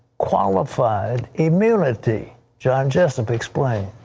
qualified immunity. john jessop explains.